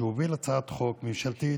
שהוביל הצעת חוק ממשלתית,